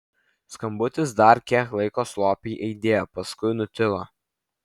skambutis dar kiek laiko slopiai aidėjo paskui nutilo